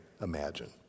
imagine